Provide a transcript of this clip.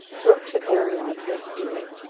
wrote to arion his steward,